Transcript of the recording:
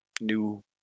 new